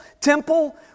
temple